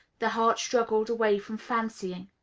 the heart struggled away from fancying.